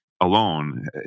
alone